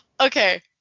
Okay